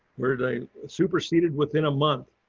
where they superseded within a month.